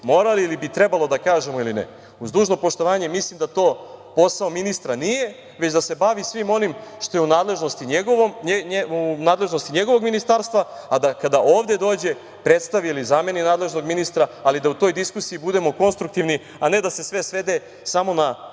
morali, ili bi trebalo da kažemo ili ne. Uz dužno poštovanje mislim da to posao ministra nije, već da se bavi svim onim što je u nadležnosti njegovog ministarstva, a da kada ovde dođe predstavi ili zameni nadležnog ministra, ali da u toj diskusiji budemo konstruktivni, a ne da se sve svede samo na